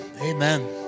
amen